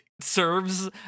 serves